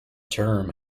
term